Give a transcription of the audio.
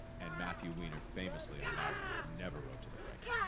and matthew weiner famously, on mad men, never wrote to the break.